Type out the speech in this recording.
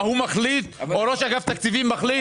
מה, הוא מחליט או ראש אגף תקציבים מחליט?